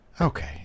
Okay